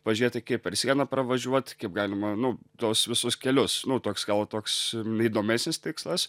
pažiūrėti kaip per sieną pravažiuot kaip galima nu tuos visus kelius nu toks gal toks įdomesnis tikslas